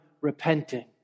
repenting